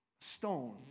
stone